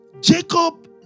Jacob